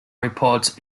reports